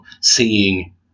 seeing